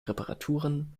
reparaturen